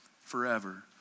forever